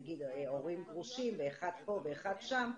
נגיד ההורים גרושים ואחד פה ואחד שם,